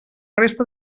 resta